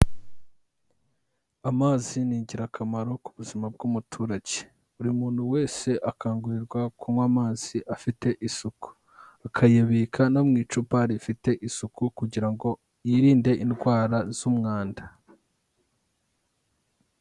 Amazi ni ingirakamaro ku buzima bw'umuturage. Buri muntu wese akangurirwa kunywa amazi afite isuku akayabika no mu icupa rifite isuku kugira ngo yirinde indwara z'umwanda.